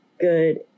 good